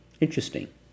Interesting